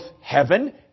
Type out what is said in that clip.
heaven